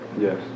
Yes